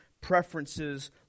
preferences